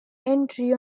entry